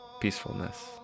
peacefulness